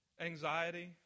Anxiety